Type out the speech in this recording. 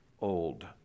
old